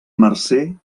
marcer